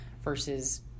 Versus